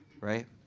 right